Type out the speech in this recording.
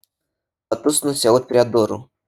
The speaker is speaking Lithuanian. batus nusiaut prie durų